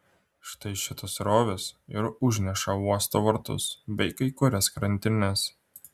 štai šitos srovės ir užneša uosto vartus bei kai kurias krantines